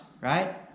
right